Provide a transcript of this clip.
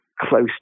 close